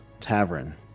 tavern